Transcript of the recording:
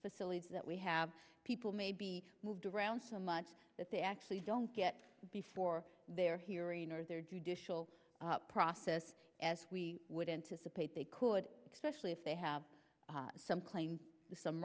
facilities that we have people may be moved around so much that they actually don't get before their hearing or their judicial process as we would anticipate they could specially if they have some claim some